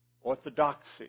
orthodoxy